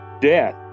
death